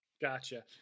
Gotcha